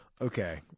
Okay